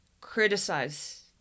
criticize